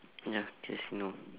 ya casino